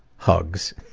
hugs.